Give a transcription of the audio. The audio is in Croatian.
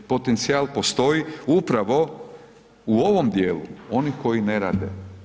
Potencijal postoji upravo u ovom dijelu, oni koji ne rade.